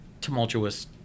tumultuous